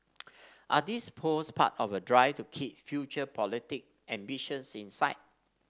are these posts part of a drive to keep future political ambitions in sight